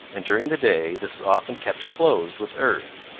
and during the day this is often kept closed with earth.